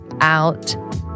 out